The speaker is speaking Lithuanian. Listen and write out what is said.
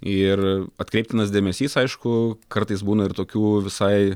ir atkreiptinas dėmesys aišku kartais būna ir tokių visai